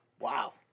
Wow